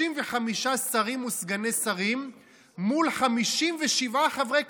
35 שרים וסגני שרים מול 57 חברי כנסת.